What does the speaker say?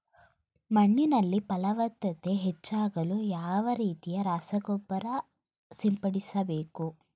ಮಣ್ಣಿನಲ್ಲಿ ಫಲವತ್ತತೆ ಹೆಚ್ಚಾಗಲು ಯಾವ ರೀತಿಯ ರಸಗೊಬ್ಬರ ಸಿಂಪಡಿಸಬೇಕು?